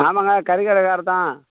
ஆமாங்க கறிக்கடகார் தான்